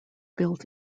built